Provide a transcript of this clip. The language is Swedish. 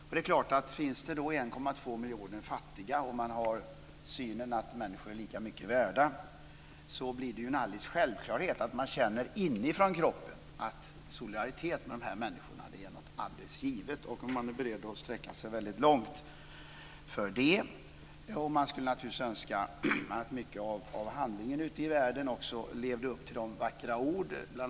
Om det finns 1,2 miljoner fattiga och man har synen att människor är lika mycket värda är det en självklarhet att man känner inifrån kroppen att solidaritet med dessa människor är något givet och att man är beredd att sträcka sig väldigt långt för det. Man skulle naturligtvis önska att mycket av handlingen ute i världen också levde upp till de vackra orden.